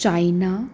China